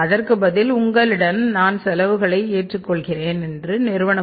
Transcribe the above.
அதற்கு பதில் உங்களிடம் நான் செலவுகளை ஏற்றுக் கொள்கிறேன் என்று நிறுவனம்